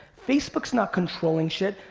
facebook's not controlling shit.